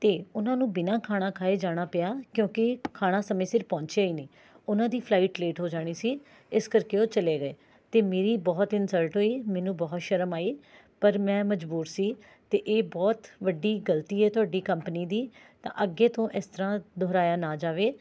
ਅਤੇ ਉਨ੍ਹਾਂ ਨੂੰ ਬਿਨਾਂ ਖਾਣਾ ਖਾਏ ਜਾਣਾ ਪਿਆ ਕਿਉਂਕਿ ਖਾਣਾ ਸਮੇਂ ਸਿਰ ਪਹੁੰਚਿਆ ਹੀ ਨਹੀਂ ਉਨ੍ਹਾਂ ਦੀ ਫਲਾਇਟ ਲੇਟ ਹੋ ਜਾਣੀ ਸੀ ਇਸ ਕਰਕੇ ਉਹ ਚਲੇ ਗਏ ਅਤੇ ਮੇਰੀ ਬਹੁਤ ਇਨਸਲਟ ਹੋਈ ਮੈਨੂੰ ਬਹੁਤ ਸ਼ਰਮ ਆਈ ਪਰ ਮੈਂ ਮਜਬੂਰ ਸੀ ਅਤੇ ਇਹ ਬਹੁਤ ਵੱਡੀ ਗਲਤੀ ਹੈ ਤੁਹਾਡੀ ਕੰਪਨੀ ਦੀ ਤਾਂ ਅੱਗੇ ਤੋਂ ਇਸ ਤਰ੍ਹਾਂ ਦੁਹਰਾਇਆ ਨਾ ਜਾਵੇ